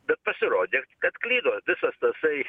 bet pasirodė kad klydo visas tasai